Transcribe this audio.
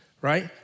right